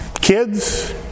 Kids